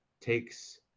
takes